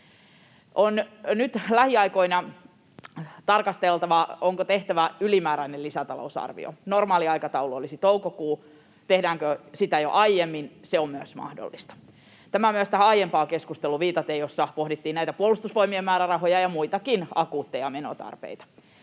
Nyt lähiaikoina on tarkasteltava, onko tehtävä ylimääräinen lisätalousarvio. Normaali aikataulu olisi toukokuu — tehdäänkö sitä jo aiemmin, se on myös mahdollista. Tämä myös tähän aiempaan keskusteluun viitaten, jossa pohdittiin Puolustusvoimien määrärahoja ja muitakin akuutteja menotarpeita.